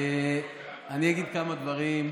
אני אגיד כמה דברים.